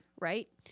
right